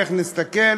איך נסתכל?